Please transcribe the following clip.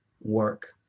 work